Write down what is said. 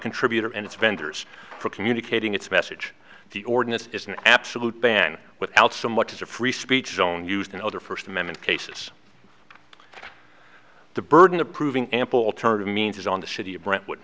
contributor and its vendors for communicating its message the ordinance is an absolute ban without so much as a free speech zone used in other first amendment cases the burden of proving ample alternative means on the city of brentwood